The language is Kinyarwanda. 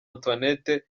antoinette